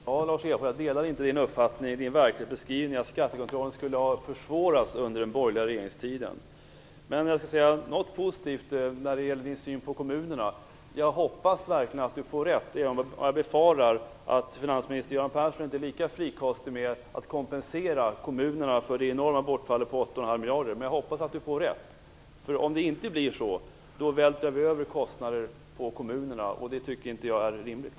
Fru talman! Jag delar inte Lars Hedfors verklighetsbeskrivning, dvs. att skattekontrollen skulle ha försvårats under den borgerliga regeringstiden. Men någonting positivt har jag ändå att säga när det gäller Lars Hedfors syn på kommunerna. Jag hoppas nämligen att Lars Hedfors får rätt, även om jag befarar att finansminister Göran Persson inte är lika frikostig när det gäller att kompensera kommunerna för det enorma bortfallet på 8,5 miljarder kronor. Jag hoppas alltså att Lars Hedfors får rätt. Om inte vältrar vi ju över kostnader på kommunerna, och det tycker jag inte är rimligt.